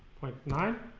point nine